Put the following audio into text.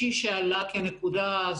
נאמר על ידי הוועדה שב-1980 חל שינוי.